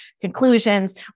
conclusions